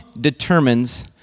determines